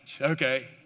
okay